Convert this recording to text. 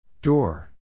Door